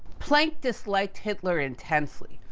planck disliked hitler intensely.